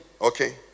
okay